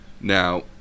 Now